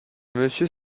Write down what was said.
monsieur